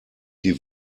die